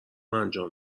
انجام